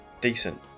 decent